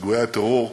פיגועי הטרור,